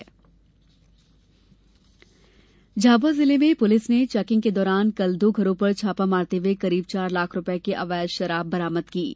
शराब जब्त झाबुआ जिले में पुलिस ने चैकिंग के दौरान कल दो घरों पर छापा मारते हुए करीब चार लाख रुपये की अवैध शराब बरामद किया है